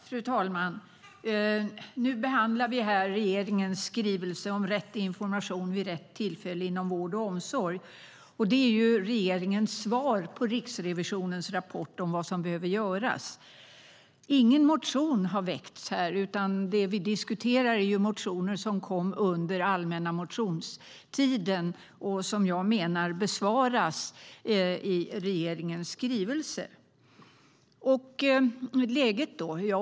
Fru talman! Nu behandlar vi regeringens skrivelse om rätt information vid rätt tillfälle inom vård och omsorg. Det är ju regeringens svar på Riksrevisionens rapport om vad som behöver göras. Ingen motion har väckts, utan det vi diskuterar är motioner som kom under allmänna motionstiden och som jag menar besvaras i regeringens skrivelse. Läget då?